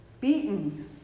beaten